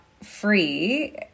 free